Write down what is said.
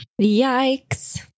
yikes